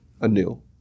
anew